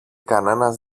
κανένας